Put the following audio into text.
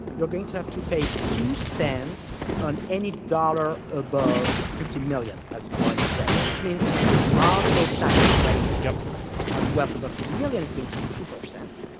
you're going to have to pay two cents on any dollar above fifty million, as warren says, which means the marginal tax rate yeah on wealth, about fifty million, is going to be two percent,